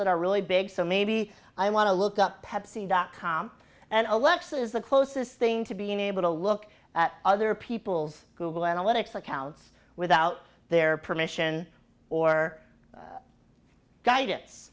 that are really big so maybe i want to look up pepsi dot com and alexa is the closest thing to being able to look at other people's google analytics accounts without their permission or guidance